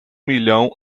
milhão